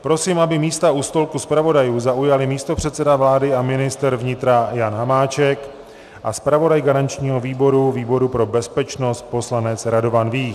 Prosím, aby místa u stolku zpravodajů zaujali místopředseda vlády a ministr vnitra Jan Hamáček a zpravodaj garančního výboru, výboru pro bezpečnost, poslanec Radovan Vích.